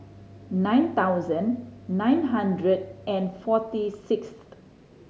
nine thousand nine hundred and forty six